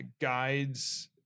guides